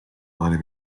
varie